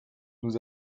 nous